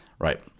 right